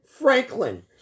Franklin